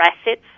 assets